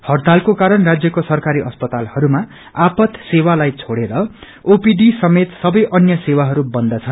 हड़तालको कारण राज्यको सरकारी अस्पतालहरूमा आपात सेवाहरूलाई छोड़ेर ओपीडी समेत सबै अन्य सेवाहरू बन्द छन्